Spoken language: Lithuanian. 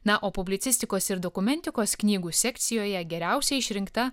na o publicistikos ir dokumentikos knygų sekcijoje geriausia išrinkta